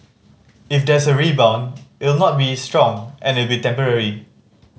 if there's a rebound it'll not be strong and it'll be temporary